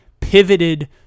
pivoted